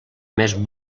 més